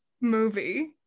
movie